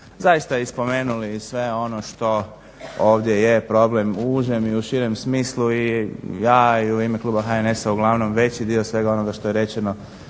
zaista i spomenuli sve no što ovdje je problem u užem i u širem smislu. I ja i u ime kluba HNS-a uglavnom veći dio svega onoga što je rečeno